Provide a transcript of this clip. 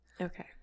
Okay